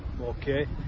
Okay